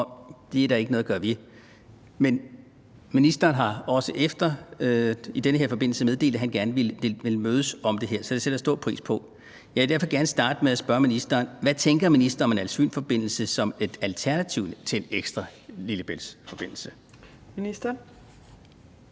det er der ikke noget at gøre ved – men ministeren har efterfølgende i den her forbindelse meddelt, at han gerne vil mødes om det her, så det sætter jeg stor pris på. Jeg vil derfor gerne starte med at spørge ministeren: Hvad tænker ministeren om en Als-Fyn-forbindelse som et alternativ til en ekstra Lillebæltsforbindelse? Kl.